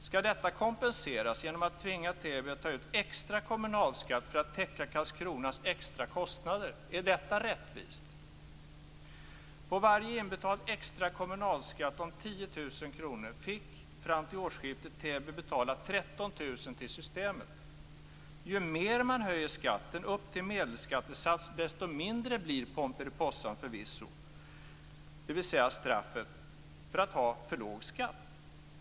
Skall detta kompenseras genom att tvinga Täby att ta ut extra kommunalskatt för att täcka Karlskronas extra kostnader? Är detta rättvist? kr fick fram till årsskiftet Täby betala 13 000 kr till systemet. Ju mer man höjer skatten upp till medelskattesats desto mindre blir förvisso Pomperipossaeffekten, dvs. straffet för att ha för låg skatt.